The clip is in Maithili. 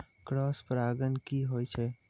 क्रॉस परागण की होय छै?